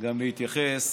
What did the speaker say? גם להתייחס